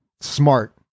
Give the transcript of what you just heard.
smart